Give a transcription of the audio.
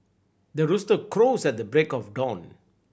the rooster crows at the break of dawn